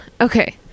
Okay